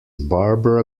barbara